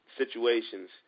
situations